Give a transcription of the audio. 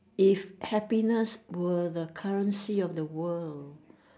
if happiness were the currency of the world